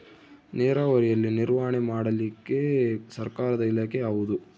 ನೇರಾವರಿಯಲ್ಲಿ ನಿರ್ವಹಣೆ ಮಾಡಲಿಕ್ಕೆ ಸರ್ಕಾರದ ಇಲಾಖೆ ಯಾವುದು?